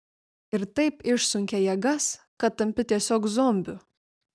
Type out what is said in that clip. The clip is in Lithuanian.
ir taip išsunkia jėgas kad tampi tiesiog zombiu